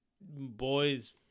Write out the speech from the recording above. boys